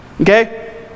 okay